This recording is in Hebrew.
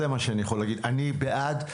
אני בעד.